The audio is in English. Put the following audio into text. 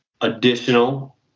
additional